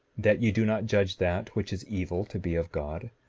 that ye do not judge that which is evil to be of god,